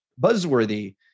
buzzworthy